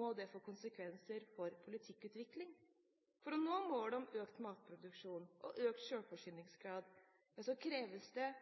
må det få konsekvenser for politikkutviklingen. For å nå målene om økt matproduksjon og økt selvforsyningsgrad kreves det